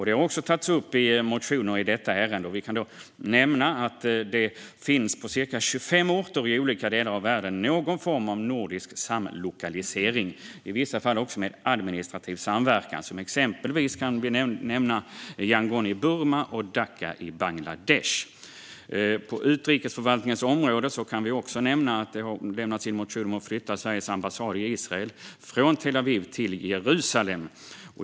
Detta har tagits upp i motioner i detta ärende, och jag kan nämna att det på ca 25 orter i olika delar av världen finns någon form av nordisk samlokalisering, i vissa fall också med administrativ samverkan. Som exempel kan nämnas Yangon i Burma och Dhaka i Bangladesh. På utrikesförvaltningens område kan nämnas att motioner har väckts om att flytta Sveriges ambassad i Israel från Tel Aviv till Jerusalem.